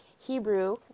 Hebrew